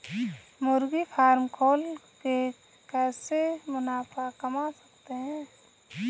मुर्गी फार्म खोल के कैसे मुनाफा कमा सकते हैं?